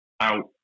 out